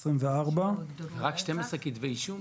124. רק 12 כתבי אישום?